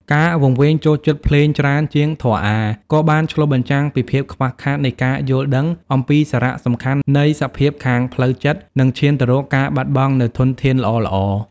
ការវង្វេងចូលចិត្តភ្លេងច្រើនជាងធម៌អាថ៌ ក៏បានឆ្លុះបញ្ចាំងពីភាពខ្វះខាតនៃការយល់ដឹងអំពីសារៈសំខាន់នៃសភាពខាងផ្លូវចិត្ត និងឈានទៅរកការបាត់បងនូវធនធានល្អៗ។